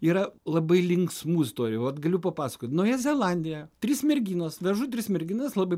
yra labai linksmų istorijų vat galiu papasakot nauja zelandija trys merginos vežu tris merginas labai